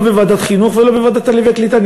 לא בוועדת החינוך ולא בוועדת העלייה והקליטה,